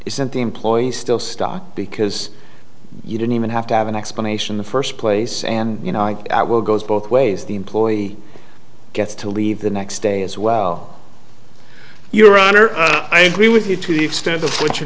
isn't the employee still stuck because you don't even have to have an explanation the first place and you know i will goes both ways the employee gets to leave the next day as well your honor i agree with you to the extent of what your